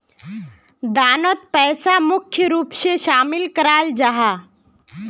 दानोत पैसा मुख्य रूप से शामिल कराल जाहा